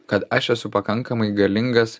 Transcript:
kad aš esu pakankamai galingas